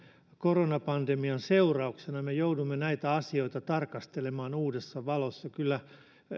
koronapandemian seurauksena me joudumme näitä asioita tarkastelemaan uudessa valossa